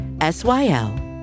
S-Y-L